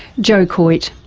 joe coyte.